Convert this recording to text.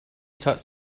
taught